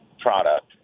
product